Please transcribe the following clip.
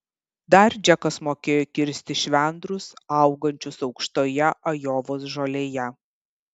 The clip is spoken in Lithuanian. dar džekas mokėjo kirsti švendrus augančius aukštoje ajovos žolėje